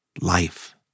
life